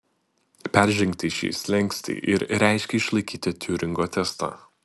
peržengti šį slenkstį ir reiškė išlaikyti tiuringo testą